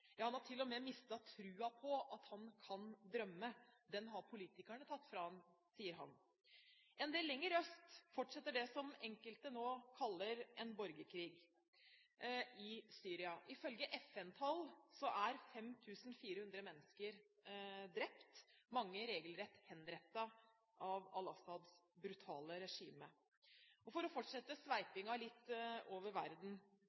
Ja, han har til og med mistet troen på at han kan drømme – den har politikerne tatt fra han, sier han. En del lenger øst fortsetter det som enkelte nå kaller en borgerkrig, i Syria. Ifølge FNs tall er 5 400 mennesker drept, mange regelrett henrettet, av al-Assads brutale regime. For å fortsette sveipingen litt rundt i verden: